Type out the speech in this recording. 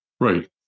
Right